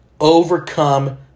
overcome